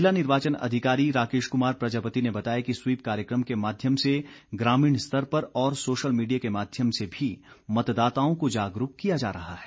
जिला निर्वाचन अधिकारी राकेश कुमार प्रजापति ने बताया कि स्वीप कार्यक्रम के माध्यम से ग्रामीण स्तर पर और सोशल मीडिया के माध्यम से भी मतदाताओं को जागरूक किया जा रहा है